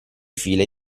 file